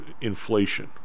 inflation